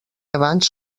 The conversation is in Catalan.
abans